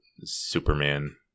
Superman-